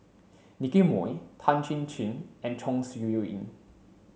Nicky Moey Tan Chin Chin and Chong Siew Ying